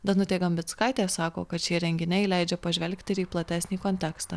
danutė gambickaitė sako kad šie renginiai leidžia pažvelgti ir į platesnį kontekstą